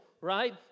right